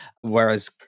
whereas